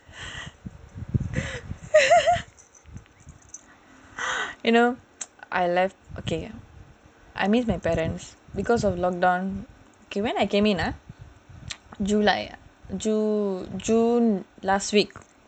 you know I miss my parents because of lockdown okay when I came in ah july ah june last week